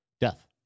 death